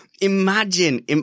Imagine